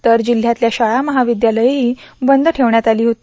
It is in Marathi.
तर जिल्ह्यातल्या शाळा महाविद्यालयंही बंद ठेवण्यात आली होती